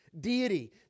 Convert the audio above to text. deity